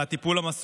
על הטיפול המסור,